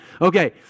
Okay